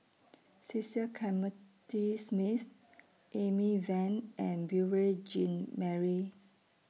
Cecil Clementi Smith Amy Van and Beurel Jean Marie